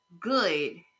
good